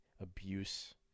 abuse